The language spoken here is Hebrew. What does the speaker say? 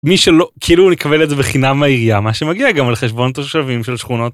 מי שלא כאילו לקבל את זה בחינם מהעירייה מה שמגיע גם על חשבון תושבים של שכונות.